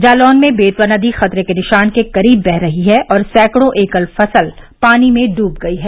जालौन में बेतवा नदी खतरे के निशान के करीब बह रही है और सैकड़ों एकड़ फसल पानी में डूब गई है